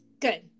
good